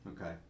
Okay